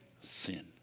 sin